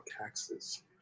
taxes